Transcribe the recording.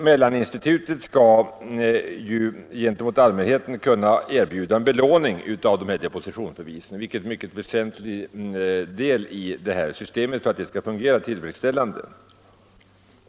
Mellaninstitutet skall gentemot allmänheten kunna erbjuda möjligheter till belåning av depositionsbevis, vilket är en mycket väsentlig detalj i systemet för att detta skall fungera tillfredsställande.